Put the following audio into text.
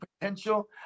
potential